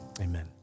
amen